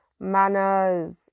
Manners